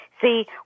See